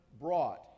brought